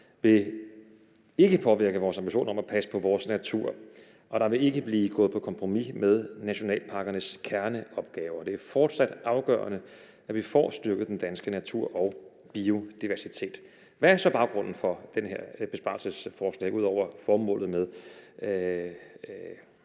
vil ikke påvirke vores ambition om at passe på vores natur, og der vil ikke blive gået på kompromis med nationalparkernes kerneopgave. Det er fortsat afgørende, at vi får styrket den danske natur og biodiversitet. Hvad er så baggrunden for det her besparelsesforslag ud over formålet med